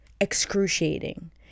excruciating